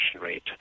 rate